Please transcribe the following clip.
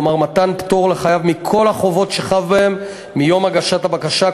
כלומר מתן פטור לחייב מכל החובות שחב בהם מיום הגשת הבקשה,